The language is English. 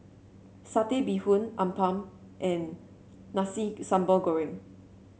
Satay Bee Hoon appam and Nasi Sambal Goreng